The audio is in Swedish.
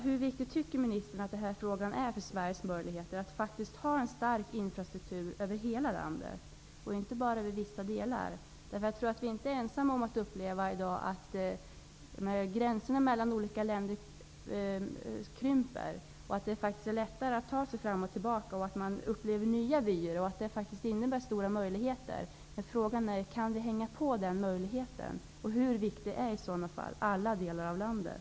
Hur viktig tycker ministern att den här frågan är för Sveriges möjligheter att ha en stark infrastruktur över hela landet och inte bara i vissa delar? Vi är nog inte ensamma om att uppleva att gränserna mellan olika länder krymper. Det är faktiskt lättare att ta sig fram och tillbaka. Man upplever nya vyer. Det innebär stora möjligheter. Kan vi hänga på den möjligheten? Hur viktiga är i så fall alla delar av landet?